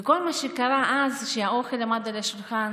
וכל מה שקרה אז זה שהאוכל עמד על השולחן,